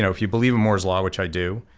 if you believe in moore's law, which i do,